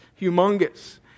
humongous